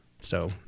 So-